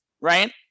Right